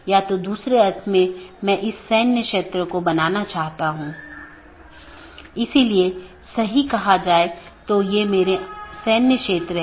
यह feature BGP साथियों को एक ही विज्ञापन में कई सन्निहित रूटिंग प्रविष्टियों को समेकित करने की अनुमति देता है और यह BGP की स्केलेबिलिटी को बड़े नेटवर्क तक बढ़ाता है